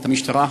של המשטרה,